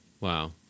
Wow